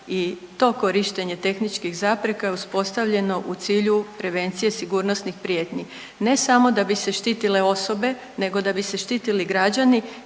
i to korištenje tehničkih zapreka je uspostavljeno u cilju prevencije sigurnosnih prijetnji. Ne samo da bi se štitile osobe, nego da bi se štitili građani